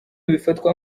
bifatwa